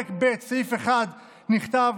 בפרק ב' סעיף (1) נכתב: